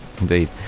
Indeed